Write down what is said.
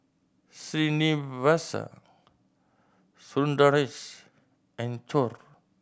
Srinivasa Sundaresh and Choor